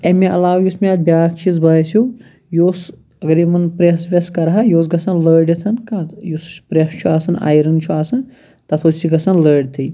امہِ عَلاوٕ یُس مےٚ اتھ بیاکھ چیٖز باسیٚو یہِ اوس اَگَر یِمَن پریٚس ویٚس کَرہا یہِ اوس گَژھان لٲڈِتھ کتھ یُس پریٚس چھُ آسان آیرَن چھُ آسان تَتھ اوس یہِ گَژھن لٲڈتھٕے